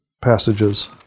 passages